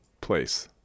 place